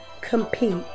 compete